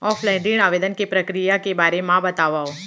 Offline ऋण आवेदन के प्रक्रिया के बारे म बतावव?